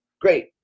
great